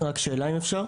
רק שאלה אם אפשר.